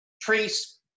priests